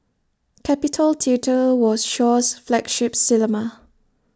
capitol theatre was Shaw's flagship cinema